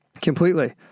completely